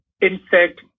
insect